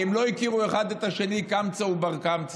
הרי הם לא הכירו אחד את השני, קמצא ובר-קמצא.